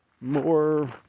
more